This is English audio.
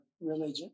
religion